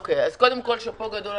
מודעים על